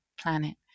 planet